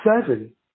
Seven